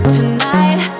Tonight